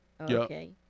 Okay